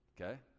okay